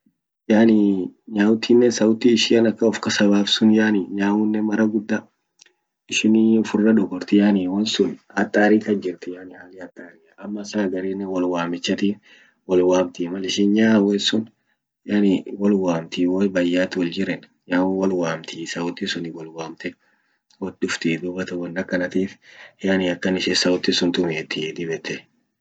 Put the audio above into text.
Yani nyautinen sauti ishian akan ufkasa bafti sun yani nyaunen mara guda ishinii ufira dogortii yani wonsun hatari kachjirti yani hali hataria ama saa agarinen wolwamichati wolwamti mal ishin nyau yet sun yani wolwamti wo bayat woljiren nyaun wolwamti sauti sunin wolwamte wotdufti dubatan won akkanatif yani akan ishin sauti sun tumietii dib yette.